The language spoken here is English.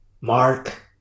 Mark